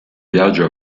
viaggio